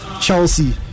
Chelsea